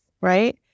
right